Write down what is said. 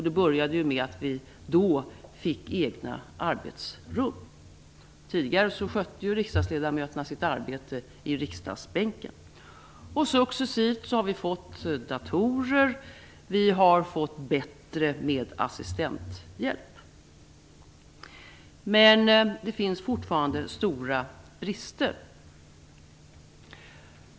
Det började med att vi då fick egna arbetsrum. Tidigare skötte riksdagsledamöterna sitt arbete i riksdagsbänken. Successivt har vi fått datorer och mer assistenthjälp. Men det finns fortfarande stora brister.